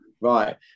right